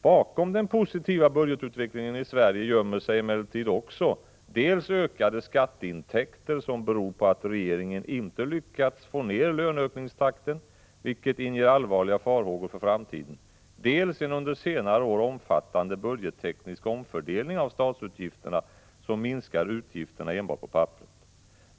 Bakom den positiva budgetutvecklingen i Sverige gömmer sig emellertid också dels ökade skatteintäkter som beror på att regeringen inte lyckats få ner löneökningstakten, vilket inger allvarliga farhågor för framtiden, dels en under senare år omfattande budgetteknisk omfördelning av statsutgifterna, som minskar utgifterna enbart på papperet.